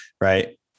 right